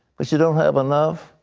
but you don't have enough?